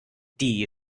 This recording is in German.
die